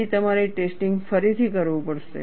પછી તમારે ટેસ્ટિંગ ફરીથી કરવું પડશે